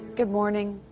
good morning.